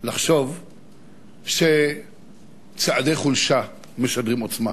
לחשוב שצעדי חולשה משדרים עוצמה,